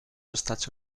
estats